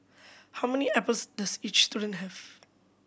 how many apples does each student have